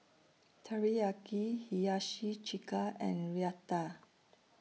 Teriyaki Hiyashi Chuka and Raita